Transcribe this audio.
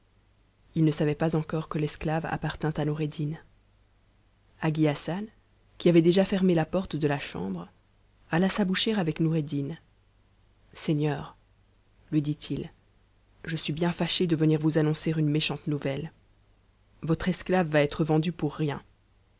il ne savait pas encore que l'es clave appartint à noureddin hagi hassan qui avait déjà fermé la porte de la chambre alla s'abou cher avec noureddin seigneur lui dit-il je suis bien fâché de venir vous annoncer une méchante nouvelle votre esclave va être vendue pour rien